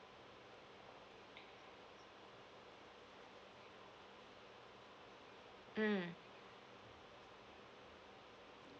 mm